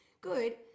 Good